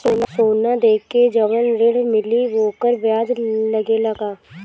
सोना देके जवन ऋण मिली वोकर ब्याज लगेला का?